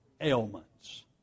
ailments